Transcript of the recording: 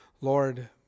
Lord